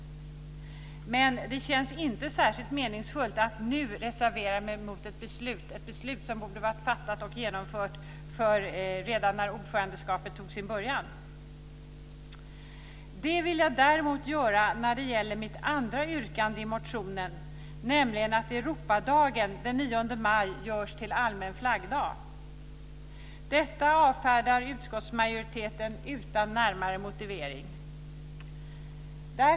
Det känns inte särskilt meningsfullt att nu reservera mig mot ett beslut som borde ha fattats och genomförts redan när ordförandeskapet tog sin början. Det vill jag däremot göra när det gäller mitt andra yrkande i motionen, nämligen att Europadagen den 9 maj görs till allmän flaggdag. Detta avfärdar utskottsmajoriteten utan närmare motivering.